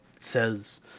says